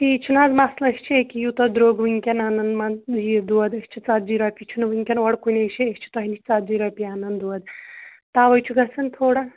ٹھیٖک چھُ نہٕ حظ مَسلہٕ أسۍ چھِ أکیٛاہ یوٗتاہ درٛوٚگ وٕنکٮ۪ن اَنَن منٛز یہِ دۄد أسۍ چھِ ژَتجی رۄپیہِ چھُنہٕ وٕنکٮ۪ن اورٕ کُنی شٲے أسۍ چھِ تۄہہِ نِش ژَتجی رۄپیہِ اَنَن دۄد تَوَے چھُ گژھان تھوڑا